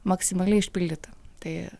maksimaliai išpildyti tai